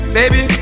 baby